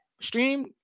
stream